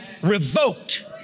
Revoked